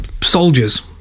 soldiers